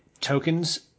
tokens